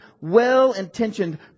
well-intentioned